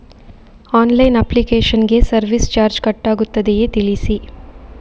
Online application ಗೆ service charge cut ಆಗುತ್ತದೆಯಾ ತಿಳಿಸಿ?